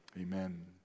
Amen